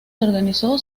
organizó